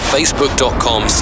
Facebook.com